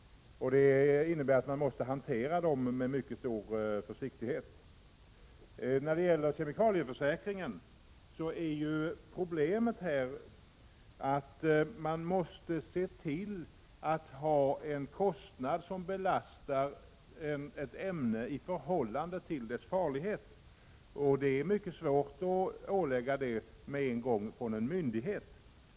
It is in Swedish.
Det innebär att de måste hanteras med mycket stor försiktighet. När det gäller kemikalieförsäkringen är problemet att man måste se till att ha en kostnad som belastar ett ämne i förhållande till dess farlighet. Det är mycket svårt att åstadkomma det med en gång genom direktiv från en myndighet.